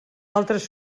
altres